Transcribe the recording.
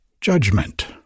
judgment